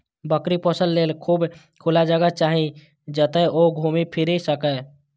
बकरी पोसय लेल खूब खुला जगह चाही, जतय ओ घूमि फीरि सकय